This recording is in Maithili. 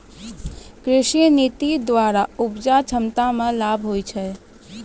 कृषि नीति द्वरा उपजा क्षमता मे लाभ हुवै छै